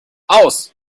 aus